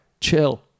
chill